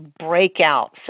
breakout